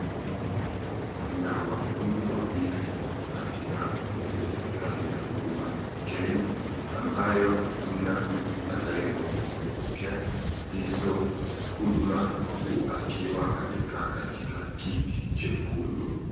Mna wahudumu wawili katika ofisi ya serikali ya huduma kenya ambayo mna mtu anayengoja kupokea hizo huduma huku akiwa amekaa katika kiti chekundu.